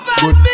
good